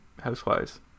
housewives